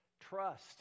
Trust